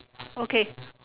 okay